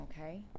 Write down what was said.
okay